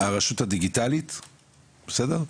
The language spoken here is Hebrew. הרשות הדיגיטלית, בסדר?